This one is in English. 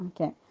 Okay